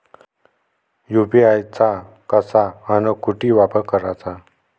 UPI चा कसा अन कुटी वापर कराचा?